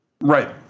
Right